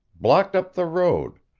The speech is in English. blocked up the road,